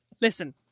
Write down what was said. listen